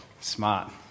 Smart